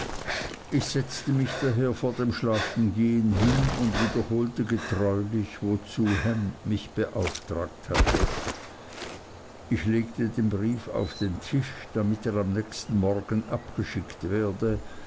ich setzte mich daher vor dem schlafengehen hin und wiederholte getreulich wozu ham mich beauftragt hatte ich legte den brief auf den tisch damit er am nächsten morgen abgeschickt werde